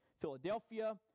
Philadelphia